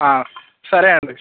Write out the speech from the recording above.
సరే అండి